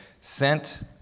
sent